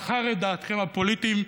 בחר את דעתכם הפוליטית,